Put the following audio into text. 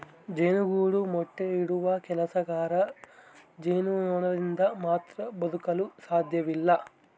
ಜೇನುಗೂಡು ಮೊಟ್ಟೆ ಇಡುವ ಕೆಲಸಗಾರ ಜೇನುನೊಣದಿಂದ ಮಾತ್ರ ಬದುಕಲು ಸಾಧ್ಯವಿಲ್ಲ